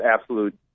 absolute